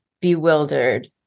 bewildered